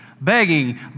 begging